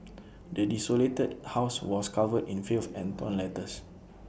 the desolated house was covered in filth and torn letters